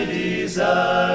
desire